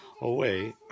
away